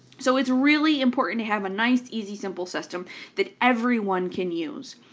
so it's really important to have a nice, easy, simple system that everyone can use.